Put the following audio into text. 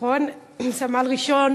סמל ראשון